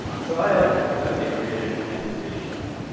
so i like to think that they created kansas city shuffle,